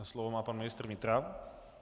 Slovo má pan ministr vnitra.